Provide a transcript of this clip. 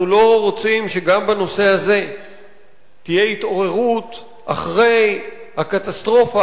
אנחנו לא רוצים שגם בנושא הזה תהיה התעוררות אחרי הקטסטרופה,